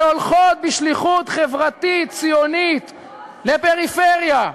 והולכות בשליחות חברתית ציונית לפריפריה,